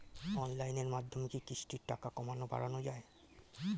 অনলাইনের মাধ্যমে কি কিস্তির টাকা কমানো বাড়ানো যায়?